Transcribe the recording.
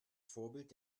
vorbild